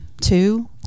two